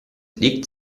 liegt